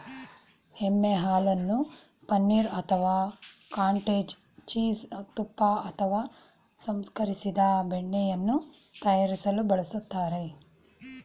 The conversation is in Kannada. ಎಮ್ಮೆ ಹಾಲನ್ನು ಪನೀರ್ ಅಥವಾ ಕಾಟೇಜ್ ಚೀಸ್ ತುಪ್ಪ ಅಥವಾ ಸಂಸ್ಕರಿಸಿದ ಬೆಣ್ಣೆಯನ್ನು ತಯಾರಿಸಲು ಬಳಸ್ತಾರೆ